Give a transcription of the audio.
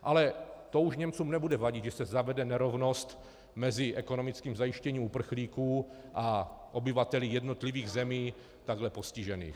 Ale to už Němcům nebude vadit, že se zavede nerovnost mezi ekonomickým zajištěním uprchlíků a obyvateli jednotlivých zemí takhle postižených.